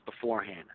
beforehand